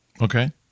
Okay